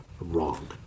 wrong